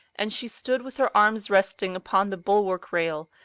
and she stood with her arms resting upon the bulwark-rail,